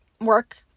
work